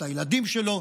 את הילדים שלו,